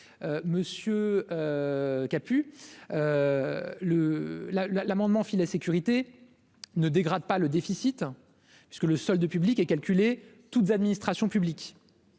le la, la, l'amendement filet sécurité ne dégrade pas le déficit, parce que le solde public et calculé toutes administrations publiques,